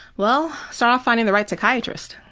well, start off finding the right psychiatrist.